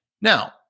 Now